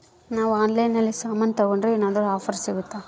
ನಾವು ಆನ್ಲೈನಿನಾಗ ಸಾಮಾನು ತಗಂಡ್ರ ಏನಾದ್ರೂ ಆಫರ್ ಸಿಗುತ್ತಾ?